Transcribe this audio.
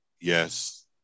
Yes